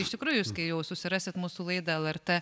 iš tikrųjų jūs kai jau susirasit mūsų laidą lrt